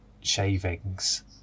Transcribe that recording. shavings